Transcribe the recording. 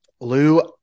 Lou